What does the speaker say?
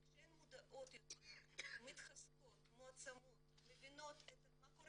וכשהן מודעות יותר ומתחזקות ומועצמות ומבינות מה קורה